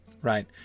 Right